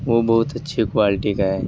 وہ بہت اچھی کوالٹی کا ہے